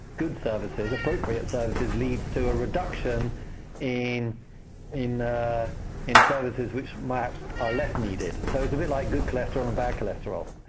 good services, appropriate services, leads to a reduction in in services which might, are less needed. so it's a bit like good cholesterol and bad cholesterol.